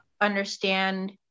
understand